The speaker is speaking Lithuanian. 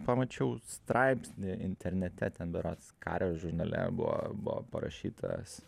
pamačiau straipsnį internete ten berods kario žurnale buvo buvo parašytas